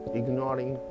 ignoring